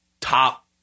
top